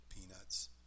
peanuts